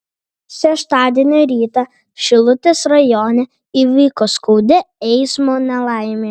šeštadienio rytą šilutės rajone įvyko skaudi eismo nelaimė